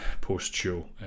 post-show